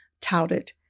touted